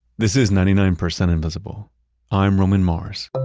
this is ninety nine percent invisible i'm roman mars